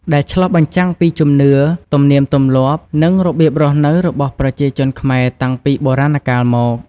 ដែលឆ្លុះបញ្ចាំងពីជំនឿ ទំនៀមទម្លាប់ និងរបៀបរស់នៅរបស់ប្រជាជនខ្មែរតាំងពីបុរាណកាលមក។